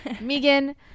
megan